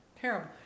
Terrible